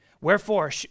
Wherefore